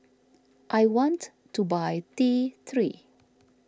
I want to buy T three